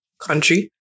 country